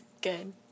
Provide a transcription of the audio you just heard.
Good